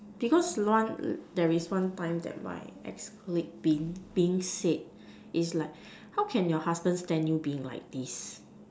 because one there is one time that my ex colleague being being said is like how can your husband stand you being like this